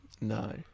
No